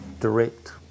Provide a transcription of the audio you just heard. direct